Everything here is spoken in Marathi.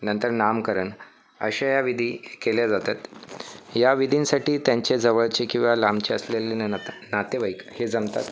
नंतर नामकरण असे विधी केले जातात या विधींसाठी त्यांच्या जवळचे किंवा लांबचे असलेले न ना त नातेवाईक हे जमतात